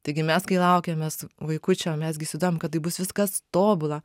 taigi mes kai laukiamės vaikučio mes gi įsivaizduojam kad tai bus viskas tobula